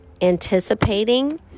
anticipating